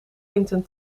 quentin